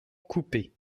coupé